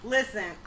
Listen